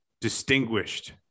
distinguished